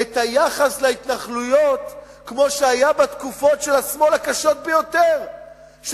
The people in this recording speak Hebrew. את היחס להתנחלויות כמו שהיה בתקופות הקשות ביותר של השמאל,